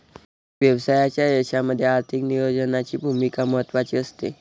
व्यवसायाच्या यशामध्ये आर्थिक नियोजनाची भूमिका महत्त्वाची असते